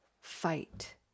fight